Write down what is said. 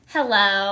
Hello